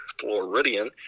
Floridian